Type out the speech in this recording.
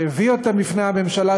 שהביא אותן בפני הממשלה,